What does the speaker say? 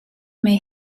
may